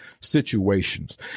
situations